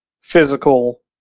physical